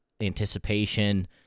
anticipation